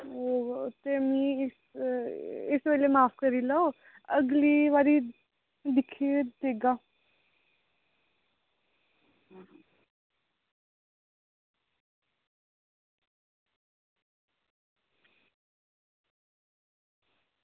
इस बारी माफ करी देओ अगली बारी दिक्खियै देगा